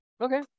Okay